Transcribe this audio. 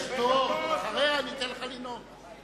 יש, אחריה אתן לך לנאום.